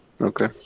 Okay